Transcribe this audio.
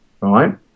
right